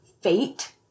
fate